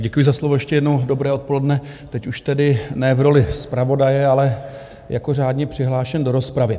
Děkuji za slovo, ještě jednou dobré odpoledne, teď už tedy ne v roli zpravodaje, ale jako řádně přihlášen do rozpravy.